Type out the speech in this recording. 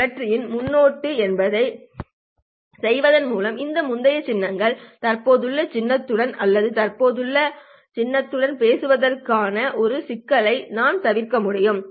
சுழற்சியின் முன்னொட்டு எனப்படுவதைச் செய்வதன் மூலம் இந்த முந்தைய சின்னங்களை தற்போதைய சின்னத்துடன் அல்லது தற்போதைய சின்னத்துடன் பேசுவதற்கான இந்த சிக்கலை நான் தவிர்க்க முடியும்